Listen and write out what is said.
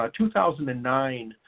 2009